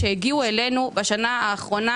שהגיעו אלינו בשנה האחרונה,